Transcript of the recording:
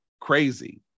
crazy